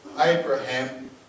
Abraham